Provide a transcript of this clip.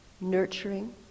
nurturing